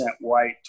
white